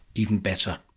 even better!